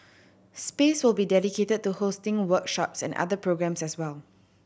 space will be dedicated to hosting workshops and other programmes as well